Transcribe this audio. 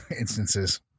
instances